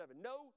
no